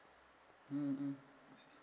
mm mm